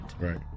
Right